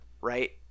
right